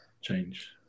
change